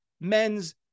men's